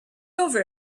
over